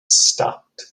stopped